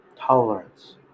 tolerance